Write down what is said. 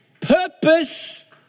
Purpose